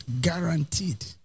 guaranteed